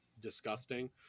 disgusting